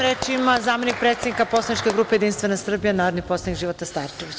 Reč ima zamenik predsednika poslaničke grupe Jedinstvena Srbija, narodni poslanik Života Starčević.